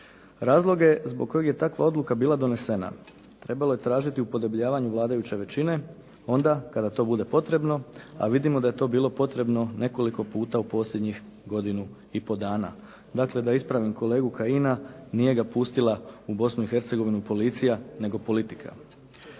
Razloge zbog kojih je takva odluka bila donesena trebalo je tražiti u podebljavanju vladajuće većine onda kada to bude potrebno a vidimo da je to bilo potrebno nekoliko puta u posljednjih godinu i pol dana. Dakle, da ispravim kolegu Kajina nije ga pustila u Bosnu i Hercegovinu policija nego politika.